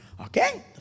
Okay